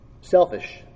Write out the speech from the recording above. selfish